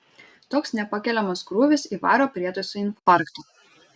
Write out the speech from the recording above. toks nepakeliamas krūvis įvaro prietaisui infarktą